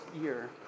year